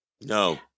No